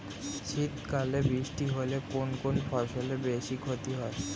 শীত কালে বৃষ্টি হলে কোন কোন ফসলের বেশি ক্ষতি হয়?